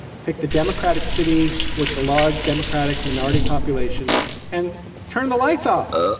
pick the democratic city with the large democratic minority population and turn the lights off?